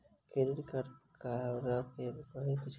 Debit card ककरा कहै छै?